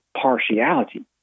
partiality